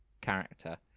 character